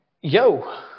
Yo